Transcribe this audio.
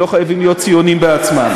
הם לא חייבים להיות ציונים בעצמם.